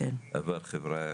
אבל חברי'ה,